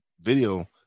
video